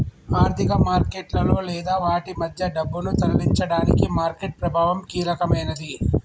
ఆర్థిక మార్కెట్లలో లేదా వాటి మధ్య డబ్బును తరలించడానికి మార్కెట్ ప్రభావం కీలకమైనది